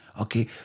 Okay